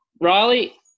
Riley